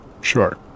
Sure